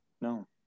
No